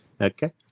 Okay